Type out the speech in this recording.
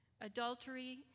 adultery